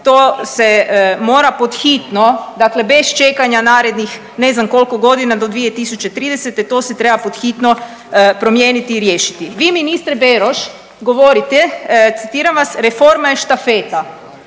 to se mora pod hitno, dakle bez čekanja narednih ne znam kolko godina, do 2030. to se treba pod hitno promijeniti i riješiti. Vi ministre Beroš govorite, citiram vas, reforma je štafeta.